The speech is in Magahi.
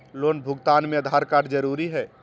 लोन भुगतान में आधार कार्ड जरूरी है?